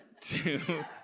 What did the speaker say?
Two